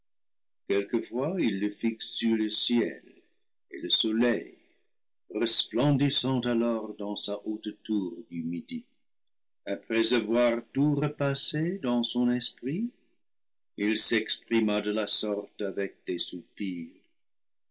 quelquefois il le fixe sur le ciel et le soleil resplendissant alors dans sa haute tour du midi après avoir tout repassé dans son esprit il s'exprima de la sorte avec des soupirs